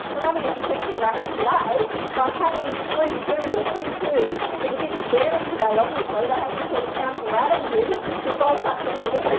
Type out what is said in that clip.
running a protection racket today like having three two or two two was a bit scary today obviously. they had to send councillor adams in to bulk up the committee.